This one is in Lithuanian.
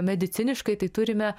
mediciniškai tai turime